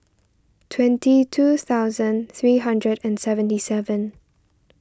twenty two thousand three hundred and seventy seven